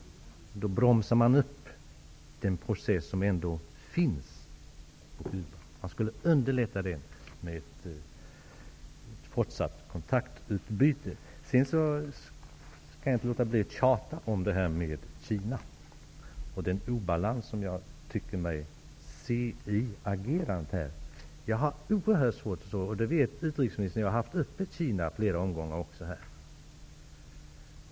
Då bromsas den process som ändå pågår, och vilken skulle underlättas med hjälp av ett fortsatt kontaktutbyte. Jag kan inte låta bli att tjata om Kina och den obalans som jag tycker mig se i agerandet. Utrikesministern vet att jag har tagit upp frågan om Kina flera gånger.